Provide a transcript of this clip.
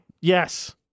Yes